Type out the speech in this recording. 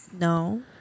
No